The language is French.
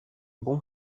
bon